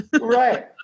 Right